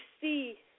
see